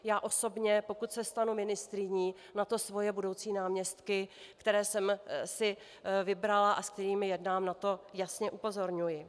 Já osobně, pokud se stanu ministryní, svoje budoucí náměstky, které jsem si vybrala a se kterými jednám, na to jasně upozorňuji.